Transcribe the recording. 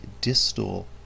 distal